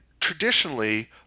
traditionally